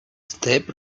step